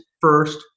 first